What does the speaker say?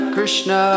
Krishna